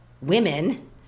women